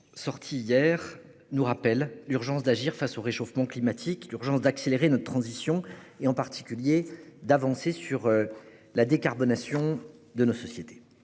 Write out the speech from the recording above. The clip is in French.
parue hier, nous rappelle l'urgence d'agir face au réchauffement climatique, d'accélérer notre transition et, en particulier, d'avancer sur la décarbonation de nos sociétés.